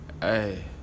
Hey